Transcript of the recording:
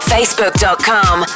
Facebook.com